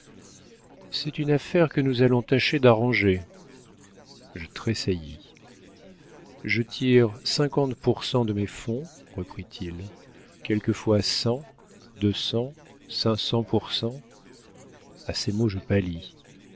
c'est une affaire que nous allons tâcher d'arranger je tressaillis je tire cinquante pour cent de mes fonds reprit-il quelquefois cent deux cents cinq cents pour cent a ces mots je pâlis